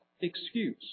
excuse